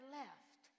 left